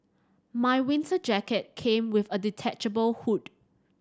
my winter jacket came with a detachable hood